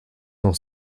noch